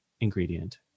ingredient